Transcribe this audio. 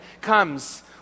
comes